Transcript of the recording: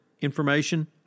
information